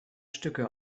stücke